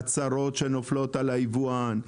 הצרות שנופלות על היבואן.